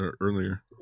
earlier